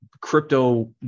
crypto